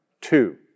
Two